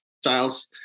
styles